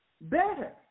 Better